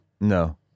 No